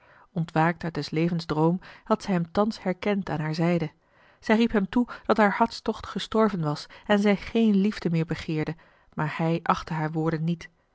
ontwaakt uit des levensdroom had zij hem thans herkend aan haar zijde zij riep hem toe dat haar hartstocht gestorven was en zij geen liefde meer begeerde maar hij achtte haar woorden niet